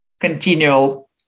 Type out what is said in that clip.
continual